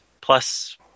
plus